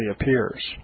appears